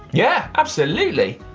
yeah, absolutely.